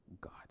God